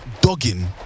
dogging